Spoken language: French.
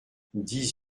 dix